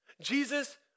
Jesus